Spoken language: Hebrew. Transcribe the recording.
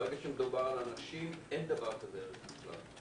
ברגע שמדובר על אנשים, אין דבר כזה ערך מוחלט.